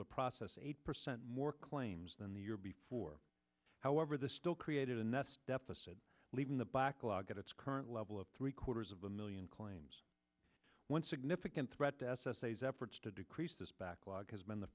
to process eight percent more claims than the year before however the still created a deficit leaving the backlog at its current level of three quarters of a million claims one significant threat s s a s efforts to decrease this backlog has been the